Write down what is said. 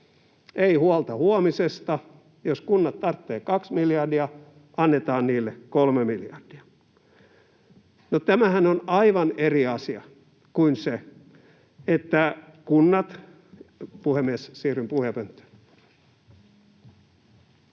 Ei huolta huomisesta. Jos kunnat tarvitsevat 2 miljardia, annetaan niille 3 miljardia. No, tämähän on aivan eri asia kuin se, että kunnat... — Puhemies, siirryn puhujapönttöön.